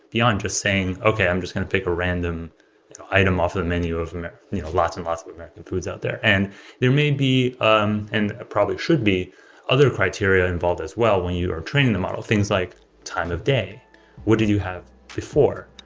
beyond just saying, okay, i'm just going to pick a random item off of the menu of lots and lots of american foods out there. and there may be um and probably should be other criteria involved as well when you are training the model of things, like time of day what do you have before,